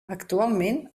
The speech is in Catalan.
actualment